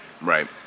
Right